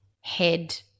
head